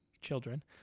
children